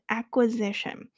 acquisition